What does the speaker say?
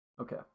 Okay